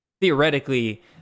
theoretically